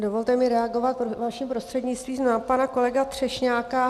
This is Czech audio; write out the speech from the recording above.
Dovolte mi reagovat vaším prostřednictvím na pana kolegu Třešňáka.